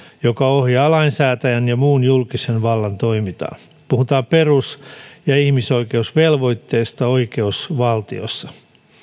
joka ohjaa lainsäätäjän ja muun julkisen vallan toimintaa puhutaan perus ja ihmisoikeusvelvoitteisesta oikeusvaltiosta